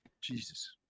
Jesus